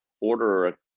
order